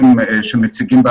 שהם לא מרגלים,